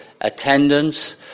attendance